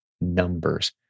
numbers